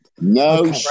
No